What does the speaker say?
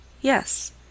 Yes